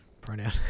Pronoun